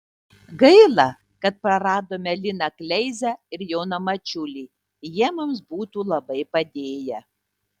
gaila kad praradome liną kleizą ir joną mačiulį jie mums būtų labai padėję